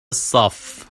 الصف